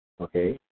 okay